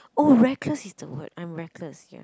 oh reckless is the word I'm reckless ya